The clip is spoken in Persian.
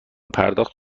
پرداخت